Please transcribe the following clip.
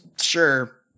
Sure